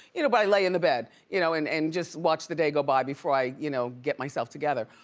you know but i lay in the bed you know and and just watch the day go by before i you know get myself together.